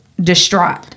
distraught